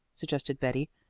suggested betty.